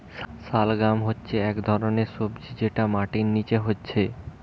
শালগাম হচ্ছে একটা ধরণের সবজি যেটা মাটির নিচে হচ্ছে